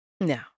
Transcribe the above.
No